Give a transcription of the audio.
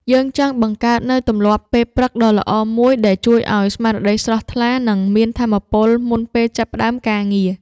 យើងចង់បង្កើតនូវទម្លាប់ពេលព្រឹកដ៏ល្អមួយដែលជួយឱ្យស្មារតីស្រស់ថ្លា និងមានថាមពលមុនពេលចាប់ផ្ដើមការងារ។